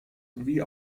wie